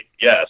yes